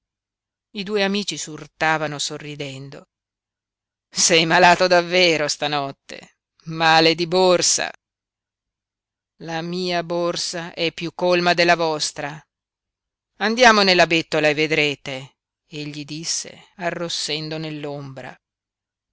i due amici s'urtavano sorridendo sei malato davvero stanotte male di borsa la mia borsa è piú colma della vostra andiamo nella bettola e vedrete egli disse arrossendo